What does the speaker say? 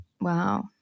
Wow